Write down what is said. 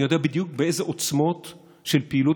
ואני יודע בדיוק באיזה עוצמות של פעילות